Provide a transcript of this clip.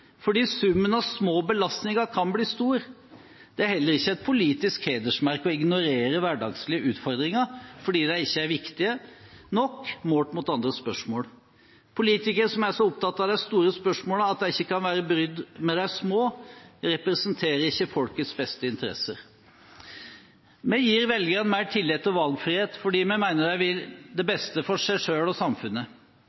fordi summen av små belastninger kan bli stor. Det er heller ikke et politisk hedersmerke å ignorere hverdagslige utfordringer fordi de ikke er viktige nok målt mot andre spørsmål. Politikere som er så opptatt av de store spørsmålene at de ikke kan være brydd med de små, representerer ikke folkets beste interesser. Vi gir velgerne mer tillit og valgfrihet, fordi vi mener de vil det